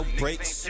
breaks